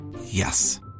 Yes